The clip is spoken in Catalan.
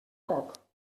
coc